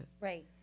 Right